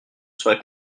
serai